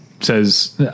says